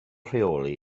rheoli